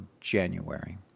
January